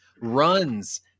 runs